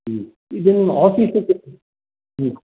इदानीम् आफीस्